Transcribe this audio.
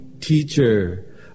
Teacher